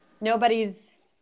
nobody's